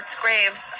graves